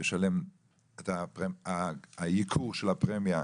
לשלם את הייקור של הפרמיה,